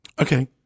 Okay